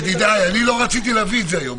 אני לא רציתי להביא את זה היום,